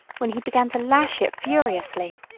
when he began to lash it furiously.